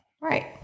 Right